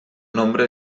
nombre